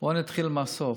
בואו נתחיל מהסוף.